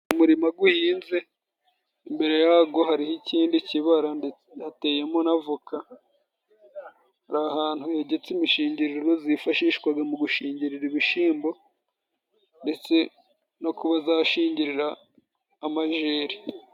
Umuririma guhinze, imbere y ago hari ho ikindi kibara ndetse hateye mo na avoka, hari ahantu hegetse imishingiriro zifashishwa mu gushingirira ibishimbo, ndetse no kuba zashingirira amajeri.